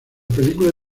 película